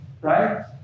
right